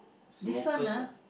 this one ah